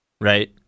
Right